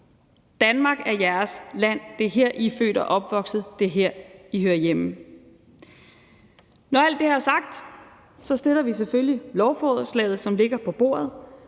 Danmark er jeres land, det er her, I er født og opvokset, det er her, I hører hjemme. Når alt det her sagt, støtter vi selvfølgelig lovforslaget, som ligger på bordet,